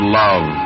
love